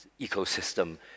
ecosystem